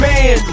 Man